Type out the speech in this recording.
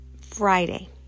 Friday